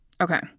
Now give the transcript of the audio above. Okay